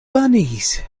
bunnies